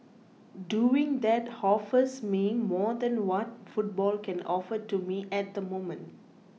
doing that offers me more than what football can offer to me at the moment